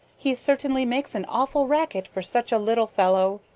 he certainly makes an awful racket for such a little fellow.